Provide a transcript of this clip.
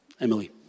Emily